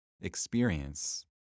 experience